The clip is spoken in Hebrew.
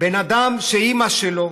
בן אדם שאימא שלו